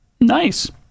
Nice